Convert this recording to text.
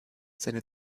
seine